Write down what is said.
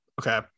Okay